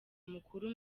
mukuru